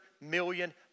million